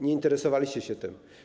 Nie interesowaliście się tym.